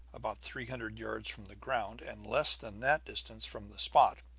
about three hundred yards from the ground and less than that distance from the spot,